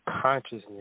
consciousness